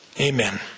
Amen